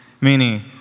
meaning